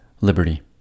liberty